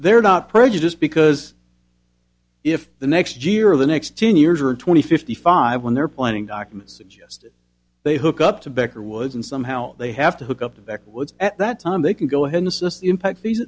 they're not prejudiced because if the next year or the next ten years or twenty fifty five when they're planning documents they hook up to becker woods and somehow they have to hook up to the woods at that time they can go ahead assist the impact